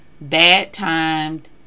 bad-timed